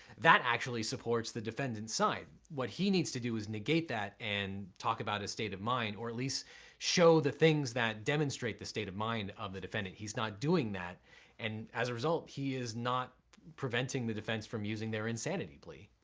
that actually supports the defendants side. what he needs to do is negate that and talk about his state of mind or at least show the things that demonstrate the state of mind of the defendant. he's not doing that and as a result, he is not preventing the defense from using their insanity plea.